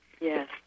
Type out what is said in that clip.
Yes